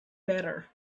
better